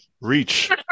Reach